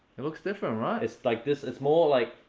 it looks different, right? it's like, this is more like.